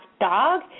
dog